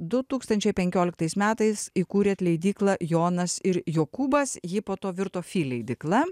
du tūkstančiai penkioliktais metais įkūrėt leidyklą jonas ir jokūbas ji po to virto phi leidykla